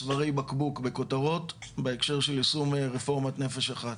צווארי בקבוק בכותרות בהקשר של יישום רפורמת "נפש אחת"?